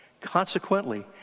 Consequently